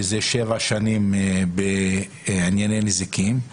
שהיא שבע שנים בענייני נזיקין;